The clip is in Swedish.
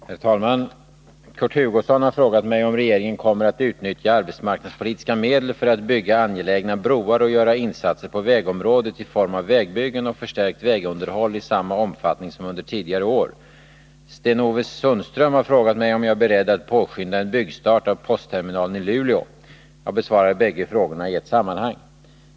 Herr talman! Kurt Hugosson har frågat mig om regeringen kommer att utnyttja arbetsmarknadspolitiska medel för att bygga angelägna broar och göra insatser på vägområdet i form av vägbyggen och förstärkt vägunderhåll i samma omfattning som under tidigare år. Sten-Ove Sundström har frågat mig om jag är beredd att påskynda en byggstart av postterminalen i Luleå. Jag besvarar bägge frågorna i ett sammanhang.